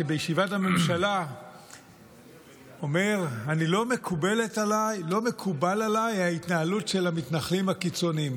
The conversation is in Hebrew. בישיבת הממשלה אומר: לא מקובלת עליי ההתנהלות של המתנחלים הקיצוניים.